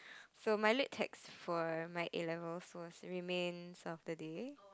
so my lit text for my A-levels was remains of the day